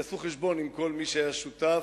יעשו חשבון עם כל מי שהיה שותף